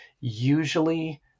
Usually